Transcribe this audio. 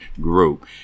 group